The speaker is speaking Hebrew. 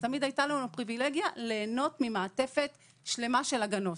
תמיד היתה לנו פריבילגיה ליהנות ממעטפת שלמה של הגנות.